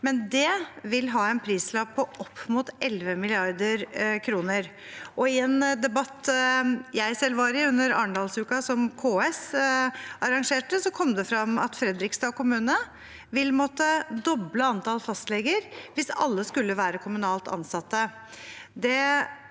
for – vil ha en prislapp på opp mot 11 mrd. kr. I en debatt jeg selv var i under Arendalsuka som KS arrangerte, kom det frem at Fredrikstad kommune vil måtte doble antall fastleger hvis alle skulle være kommunalt ansatt.